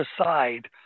aside